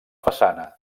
façana